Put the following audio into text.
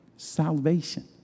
salvation